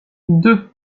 deux